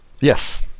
Yes